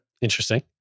Interesting